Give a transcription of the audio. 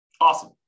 Awesome